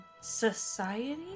society